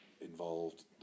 involved